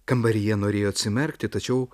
kambaryje norėjo atsimerkti tačiau